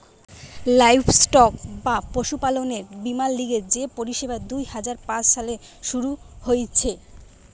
livestock বা পশুপালনের বীমার লিগে যে পরিষেবা দুই হাজার পাঁচ সালে শুরু হিছে